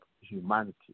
humanity